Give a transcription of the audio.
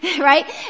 right